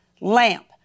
lamp